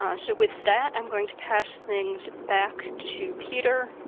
so with that i'm going to pass things back to peter